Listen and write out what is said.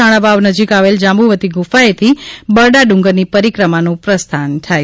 રાણાવાવ નજીક આવેલ જાંબુવતી ગુફાએથી બરડા ડુંગરની પરિક્રમાનું પ્રસ્થાન થાય છે